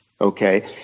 Okay